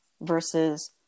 versus